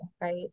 right